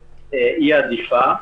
עדיפה.